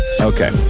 Okay